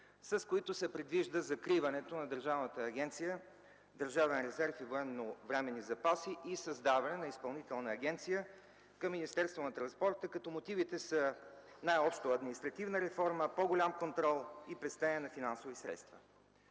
с които се предвижда закриването на Държавната агенция „Държавен резерв и военновременни запаси” и създаване на изпълнителна агенция към Министерството на транспорта, като мотивите са най-общо административна реформа, по-голям контрол и пестене на финансови средства.